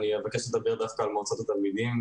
אבקש לדבר על מועצות התלמידים,